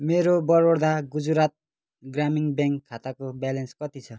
मेरो बडोदा गुजरात ग्रामीण ब्याङ्क खाताको ब्यालेन्स कति छ